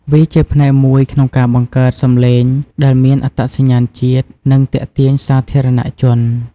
វាជាផ្នែកមួយក្នុងការបង្កើតសម្លេងដែលមានអត្តសញ្ញាណជាតិ និងទាក់ទាញសាធារណជន។